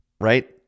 right